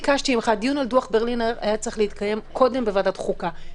ביקשתי ממך דיון על דוח ברלינר שהיה צריך להתקיים קודם בוועדה החוקה,